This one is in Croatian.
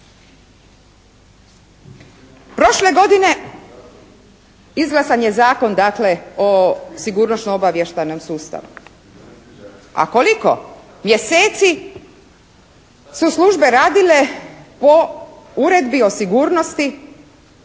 Prošle godine izglasan je Zakon o sigurnosno-obavještajnom sustavu. A koliko mjeseci su službe radile po Uredbi o sigurnosti